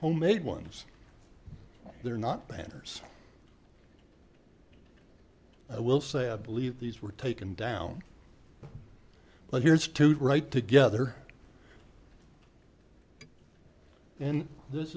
homemade ones they're not banners i will say i believe these were taken down but here's two to write together and this